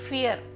Fear